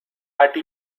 patti